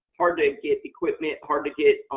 hard to get equipment, hard to get